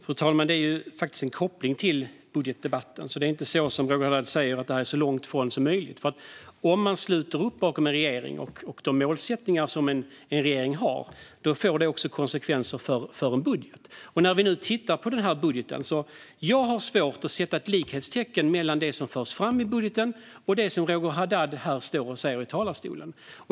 Fru talman! Det finns ju faktiskt en koppling till budgetdebatten, så det här är inte så långt ifrån som möjligt, som Roger Haddad säger att det är. Om man sluter upp bakom en regering och dess målsättningar får det också konsekvenser för en budget. Och jag har svårt att sätta likhetstecken mellan det som förs fram i budgeten och det som Roger Haddad står och säger här i talarstolen.